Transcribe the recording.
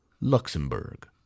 Luxembourg